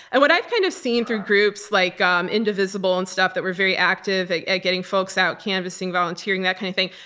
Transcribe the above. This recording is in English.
and what i've kind of seen through groups like um indivisible and stuff, that we're very active at getting folks out canvassing, volunteering, that kind of thing,